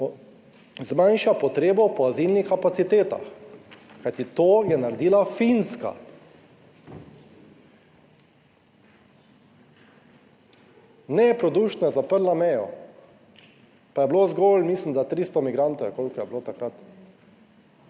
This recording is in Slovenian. zmanjša potrebo po azilnih kapacitetah, kajti to je naredila Finska. Neprodušno zaprla mejo, pa je bilo zgolj mislim, da 300 migrantov ali koliko je bilo takrat?